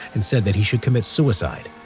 and said that he should commit suicide.